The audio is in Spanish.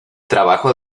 trabajo